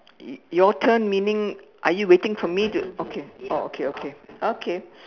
y~ your turn meaning are you waiting for me to okay oh okay okay okay